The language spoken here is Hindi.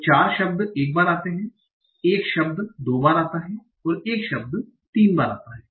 तो चार शब्द एक बार आते हैं एक शब्द दो बार आता है एक शब्द तीन बार आता है